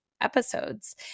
episodes